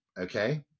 okay